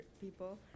people